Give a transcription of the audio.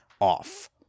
off